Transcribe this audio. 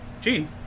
Gene